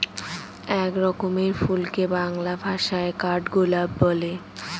এক রকমের ফুলকে বাংলা ভাষায় কাঠগোলাপ বলে